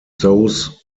those